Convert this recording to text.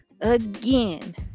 Again